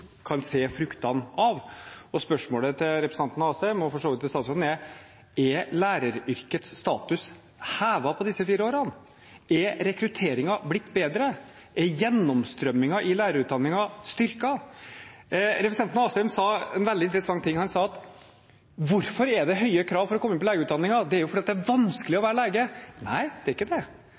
kan se fruktene av. Spørsmålet til representanten Asheim – og for så vidt til statsråden – er: Er læreryrkets status hevet på disse fire årene? Er rekrutteringen blitt bedre? Er gjennomstrømmingen i lærerutdanningen styrket? Representanten Asheim sa noe veldig interessant. Han sa at det er høye krav for å komme inn på legeutdanningen fordi det er vanskelig å være lege. Nei, det er ikke det,